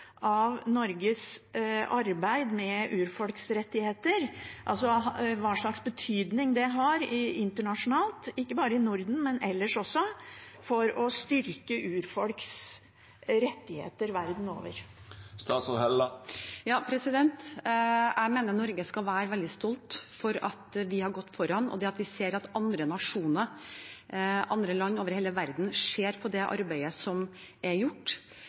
av Norges arbeid med urfolks rettigheter – altså hva slags betydning det har internasjonalt, ikke bare i Norden, men ellers også, for å styrke urfolks rettigheter verden over? Jeg mener Norge skal være veldig stolt over at vi har gått foran, for vi ser at andre nasjoner, andre land over hele verden, ser på det arbeidet som er gjort.